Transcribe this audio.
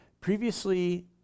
previously